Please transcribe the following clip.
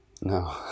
no